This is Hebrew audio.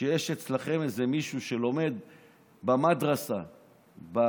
כשיש אצלכם איזה מישהו שלומד במדרסה במסגד,